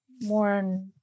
more